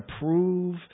prove